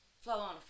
flow-on